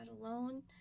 alone